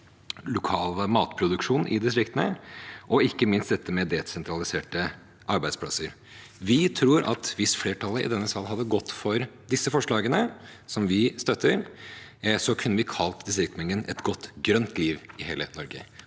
lokal matproduksjon i distriktene, og ikke minst dette med desentraliserte arbeidsplasser. Vi tror at hvis flertallet i denne sal hadde gått inn for disse forslagene, som vi støtter, kunne vi kalt distriktsmeldingen «Eit godt grønt liv i heile Noreg».